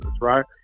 right